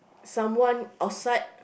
someone outside